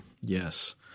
Yes